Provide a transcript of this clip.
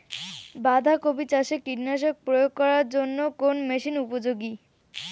বাঁধা কপি চাষে কীটনাশক প্রয়োগ করার জন্য কোন মেশিন উপযোগী?